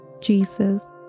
Jesus